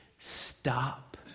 Stop